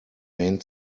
main